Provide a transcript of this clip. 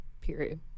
Period